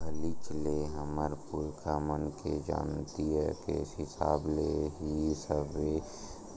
पहिलीच ले हमर पुरखा मन के जानती के हिसाब ले ही सबे